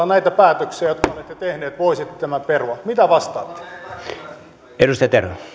näitä päätöksiä jotka olette tehneet voisitte tämän perua mitä vastaatte arvoisa